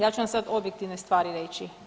Ja ću vam sada objektivne stvari reći.